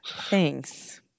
thanks